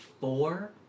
four